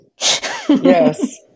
Yes